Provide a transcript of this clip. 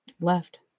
left